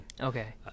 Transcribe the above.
okay